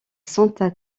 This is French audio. santa